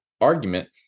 argument